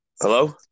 Hello